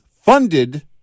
funded